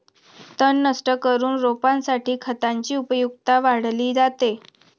तण नष्ट करून रोपासाठी खतांची उपयुक्तता वाढवली जाते